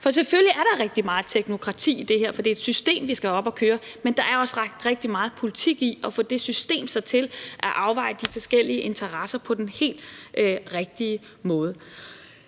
er selvfølgelig rigtig meget teknokrati i det her, for det er et system, vi skal have op at køre, men der er også rigtig meget politik i at få det system sat op til at afveje de forskellige interesser på den helt rigtige måde.